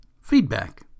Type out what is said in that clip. Feedback